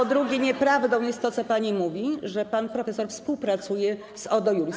Po drugie, nieprawdą jest to, co pani mówi, że pan profesor współpracuje z Ordo Iuris.